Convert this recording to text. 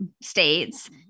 States